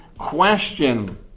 question